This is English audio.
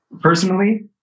personally